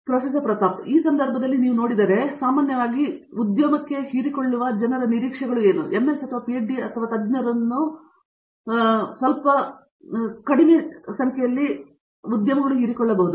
ಪ್ರತಾಪ್ ಹರಿಡೋಸ್ ಸರಿ ಆ ಸಂದರ್ಭದಲ್ಲಿ ನೀವು ನೋಡಿದರೆ ಅವರು ಸಾಮಾನ್ಯವಾಗಿ ಉದ್ಯಮಕ್ಕೆ ಹೀರಿಕೊಳ್ಳುವ ಜನರ ನಿರೀಕ್ಷೆಗಳನ್ನು ಹೇಳುವುದಾದರೆ ನೀವು MS ಅಥವಾ ಪಿಎಚ್ಡಿ ಅಥವಾ ತಜ್ಞರನ್ನೇ ಮಾಡುತ್ತಿದ್ದರೆ ಸ್ವಲ್ಪ ಕಿರಿದಾದ ಪ್ರದೇಶವನ್ನು ನೀವು ಹೀರಿಕೊಳ್ಳಬಹುದು